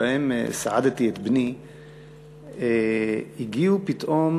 שבהם סעדתי את בני הגיעו פתאום